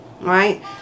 right